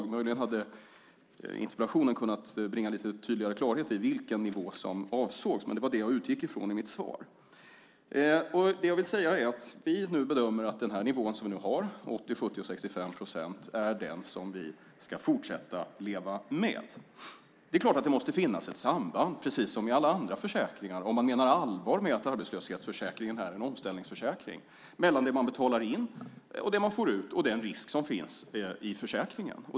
Interpellationen hade möjligen kunnat bringa lite tydligare klarhet i vilken nivå som avsågs, men det var det jag utgick ifrån i mitt svar. Det jag vill säga är att vi nu bedömer att den nivå som vi har, 80, 70 och 65 procent, är den som vi ska fortsätta att leva med. Det är klart att det måste finnas ett samband, precis som i alla andra försäkringar, mellan det man betalar in och det man får ut och den risk som finns i försäkringen om man menar allvar med att arbetslöshetsförsäkringen är en omställningsförsäkring.